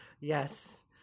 Yes